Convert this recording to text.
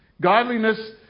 Godliness